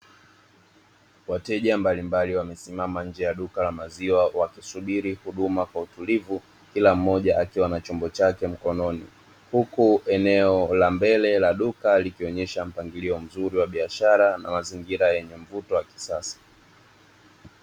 Wateja mbalimbali wamesimama nje ya duka la maziwa wakisubiri huduma kwa utulivu, kila mmoja akiwa na chombo chake mkononi. Huku eneo la mbele la duka likionyesha mpangilio mzuri wa biashara na mazingira yenye mvuto wa kisasa.